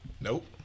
Nope